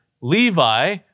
Levi